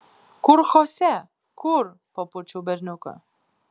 kur chose kur papurčiau berniuką